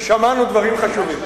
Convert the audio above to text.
ושמענו דברים חשובים.